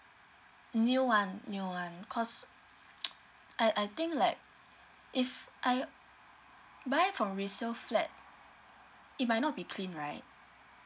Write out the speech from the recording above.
new one new one cause I I think like if I buy from resale flat it might not be clean right